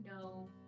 no